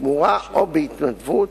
בתמורה או בהתנדבות,